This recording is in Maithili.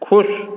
खुश